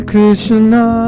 Krishna